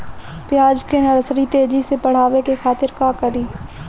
प्याज के नर्सरी तेजी से बढ़ावे के खातिर का करी?